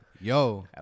Yo